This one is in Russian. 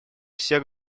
все